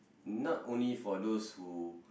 not only for those who